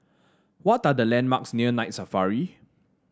what are the landmarks near Night Safari